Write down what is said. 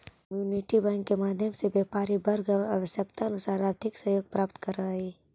community bank के माध्यम से व्यापारी वर्ग आवश्यकतानुसार आर्थिक सहयोग प्राप्त करऽ हइ